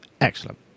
excellent